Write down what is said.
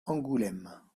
angoulême